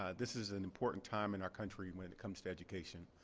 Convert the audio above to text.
ah this is an important time in our country when it it comes to education.